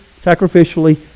sacrificially